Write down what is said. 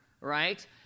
right